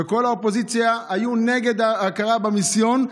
וכל האופוזיציה היו נגד ההכרה במיסיון.